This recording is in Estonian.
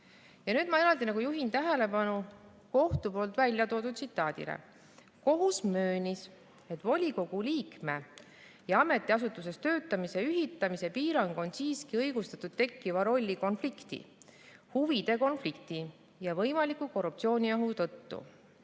Nüüd ma juhin eraldi tähelepanu kohtu poolt väljatoodud tsitaadile. Kohus möönis, et volikogu liikme ja ametiasutuses töötamise ühitamise piirang on siiski õigustatud tekkiva rollikonflikti, huvide konflikti ja võimaliku korruptsiooniohu tõttu.